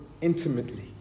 intimately